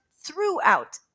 throughout